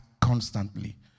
constantly